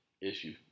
issue